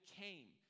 came